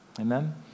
Amen